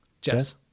Jess